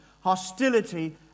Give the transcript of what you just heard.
hostility